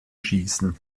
schießen